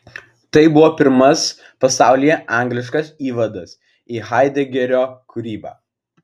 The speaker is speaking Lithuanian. tai buvo pirmas pasaulyje angliškas įvadas į haidegerio kūrybą